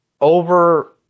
over